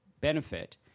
benefit